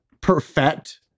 perfect